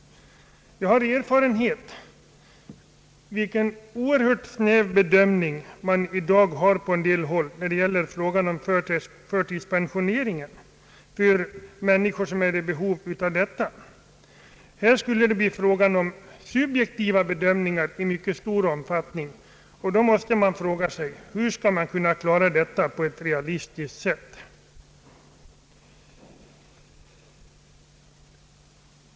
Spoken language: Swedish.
Jag har erfarenhet av vilken oerhört snäv bedömning som i dag sker på en del håll när det gäller frågan om att förtidspensionera människor som är i behov därav. Här skulle det bli subjektiva bedömningar i mycket stor omfattning, och då måste man fråga sig: Hur skall man kunna klara detta på ett objektivt sätt?